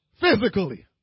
physically